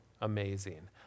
amazing